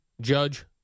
Judge